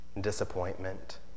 Disappointment